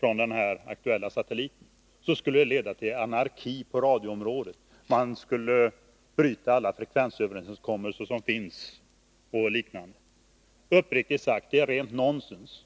från den aktuella satelliten och dekryptera dem, skulle det leda till anarki på radioområdet, man skulle bryta alla frekvensöverenskommelser som finns och liknande. Uppriktigt sagt: Detta är rent nonsens.